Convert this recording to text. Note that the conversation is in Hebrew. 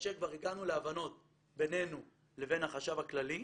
כאשר כבר הגענו להבנות בינינו לבין החשב הכללי.